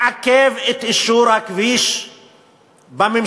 לעכב את אישור הכביש בממשלה,